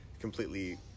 completely